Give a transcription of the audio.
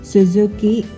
Suzuki